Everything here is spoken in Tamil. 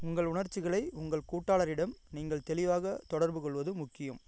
உங்கள் உணர்ச்சிகளை உங்கள் கூட்டாளரிடம் நீங்கள் தெளிவாக தொடர்புகொள்வது முக்கியம்